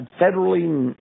federally